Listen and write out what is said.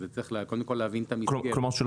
צריך קודם כל להבין את המסגרת.